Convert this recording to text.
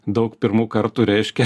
daug pirmų kartų reiškia